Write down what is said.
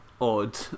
Odd